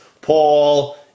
Paul